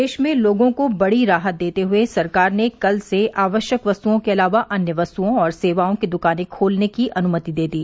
देश में लोगों को बड़ी राहत देते हुए सरकार ने कल से आवश्यक वस्तुओं के अलावा अन्य वस्तुओं और सेवाओं की दुकानें खोलने की अनुमति दे दी